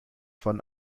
von